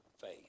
faith